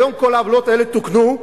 היום כל העוולות האלה תוקנו,